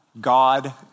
God